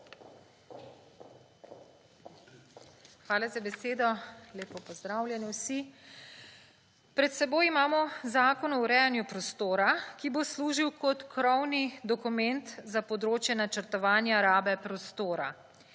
Hvala za besedo. Lepo pozdravljeni vsi! Pred seboj imamo Zakon o urejanju prostora, ki bo služil kot krovni dokument za področje načrtovanja rabe prostora,